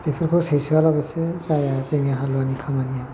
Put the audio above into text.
बेफोरखौ सैसोआब्ला जाया जोंनि हालुवानि खामानिया